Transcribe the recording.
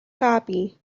copy